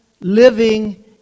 living